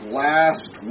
last